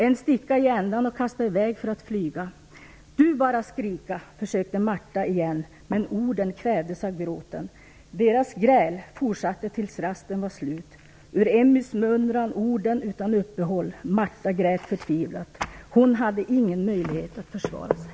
En sticka i ändan och kasta iväg för att flyga. - Du bara skrika, försökte Marta igen men orden kvävdes av gråten. Deras gräl fortsatte tills rasten var slut. Ur Emmys mun rann orden utan uppehåll. Marta grät förtvivlat. Hon hade ingen möjlighet att försvara sig."